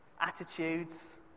attitudes